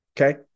Okay